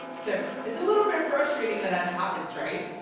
so it's a little bit frustrating when that happens, right